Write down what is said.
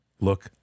look